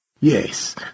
Yes